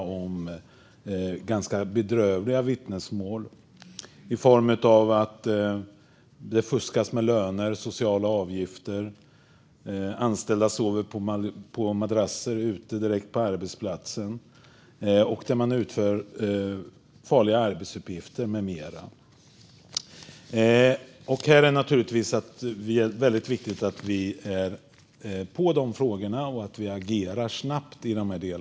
Det är ganska bedrövliga vittnesmål om att det fuskas med löner och sociala avgifter, och man berättar om anställda som sover på madrasser ute på arbetsplatsen och utför farliga arbetsuppgifter med mera. Här är det naturligtvis väldigt viktigt att vi är aktiva och agerar snabbt.